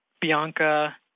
Bianca